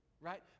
right